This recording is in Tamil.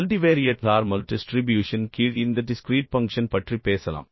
மல்டிவேரியட் நார்மல் டிஸ்ட்ரிபியூஷன் கீழ் இந்த டிஸ்க்ரீட் பங்க்ஷன் பற்றி பேசலாம்